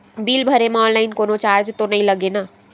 Bill भरे मा online कोनो चार्ज तो नई लागे ना?